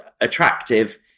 attractive